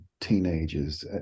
teenagers